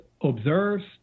observes